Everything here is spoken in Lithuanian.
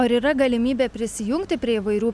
ar yra galimybė prisijungti prie įvairių